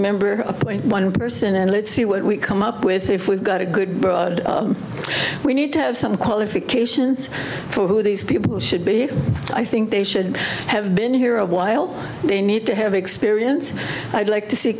member appoint one person and let's see what we come up with if we've got a good broad we need to have some qualifications for who these people should be i think they should have been here a while they need to have experience i'd like to see